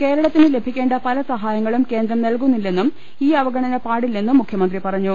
കേരളത്തിന് ലഭിക്കേണ്ട പല സഹായ ങ്ങളും കേന്ദ്രം നൽകൂന്നില്ലെന്നും ഈ അവഗണന പാടില്ലെന്നും മുഖ്യമന്ത്രി പറഞ്ഞു